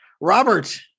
Robert